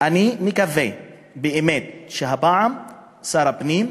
אני מקווה באמת שהפעם שר הפנים,